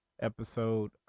episode